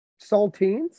saltines